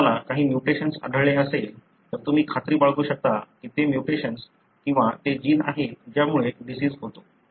जर तुम्हाला काही म्युटेशन्स आढळले असेल तर तुम्ही खात्री बाळगू शकता की ते म्युटेशन्स किंवा ते जीन आहे ज्यामुळे डिसिज होतो